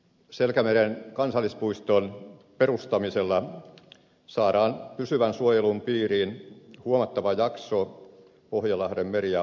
selkämeren kansallispuiston perustamisella saadaan pysyvän suojelun piiriin huomattava jakso pohjanlahden meri ja saaristoluontoa